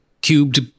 cubed